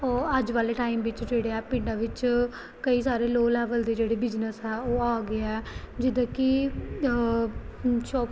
ਉਹ ਅੱਜ ਵਾਲੇ ਟਾਈਮ ਵਿੱਚ ਜਿਹੜੇ ਆ ਪਿੰਡਾਂ ਵਿੱਚ ਕਈ ਸਾਰੇ ਲੋਅ ਲੈਵਲ ਦੇ ਜਿਹੜੇ ਬਿਜਨਸ ਆ ਉਹ ਆ ਗਏ ਆ ਜਿੱਦਾਂ ਕਿ ਸ਼ੋ